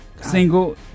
single